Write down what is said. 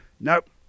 nope